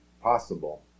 possible